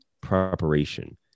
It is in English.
preparation